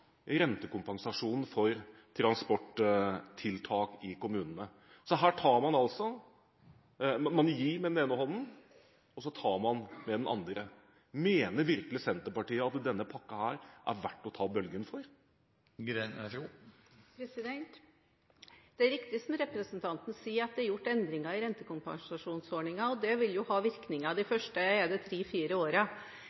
rentekompensasjonen for transporttiltak i kommunene. Så her gir man med den ene hånden og tar med den andre. Mener virkelig Senterpartiet at denne pakken er det verdt å ta bølgen for? Det er riktig som representanten sier, at det er gjort endringer i rentekompensasjonsordningen. Det vil jo ha virkninger de